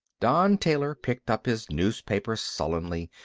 don taylor picked up his newspaper sullenly.